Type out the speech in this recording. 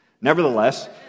Nevertheless